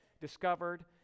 discovered